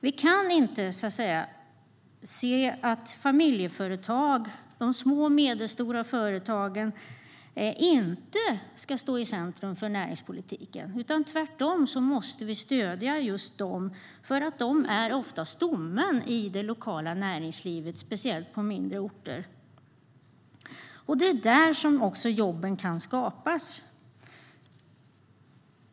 Det kan inte vara så att familjeföretag och små och medelstora företag inte ska stå i centrum för näringspolitiken. Tvärtom måste man stödja just dessa företag eftersom de ofta är stommen i det lokala näringslivet, speciellt på mindre orter. Det är också där som nya jobb kan skapas.